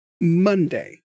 monday